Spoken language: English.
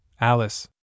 Alice